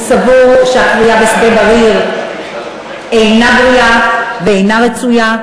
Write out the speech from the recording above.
הוא סבור שהעבודה בשדה-בריר אינה בריאה ואינה רצויה.